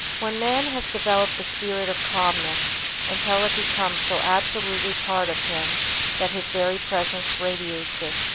when man has developed the spirit of calmness until it becomes so absolutely part of him that his very presence radiates it,